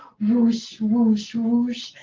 whoosh, whoosh, whoosh.